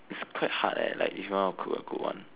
it's quite hard eh like if you wanna cook a good one